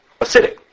acidic